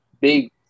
big